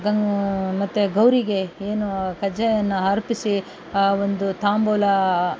ಗಂಗೆ ಮತ್ತೆ ಗೌರಿಗೆ ಏನು ಕಜ್ಜಾಯವನ್ನ ಅರ್ಪಿಸಿ ಆ ಒಂದು ತಾಂಬೂಲ